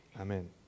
Amen